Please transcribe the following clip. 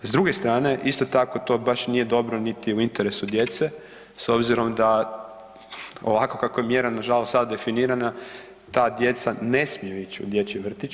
S druge strane isto tako to baš nije dobro niti je u interesu djece s obzirom da ovako kako je mjera nažalost sad definirana, ta djeca ne smiju ići u dječji vrtić.